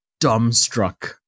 dumbstruck